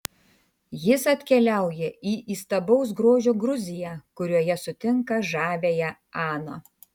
jis atkeliauja į įstabaus grožio gruziją kurioje sutinka žaviąją aną